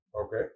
Okay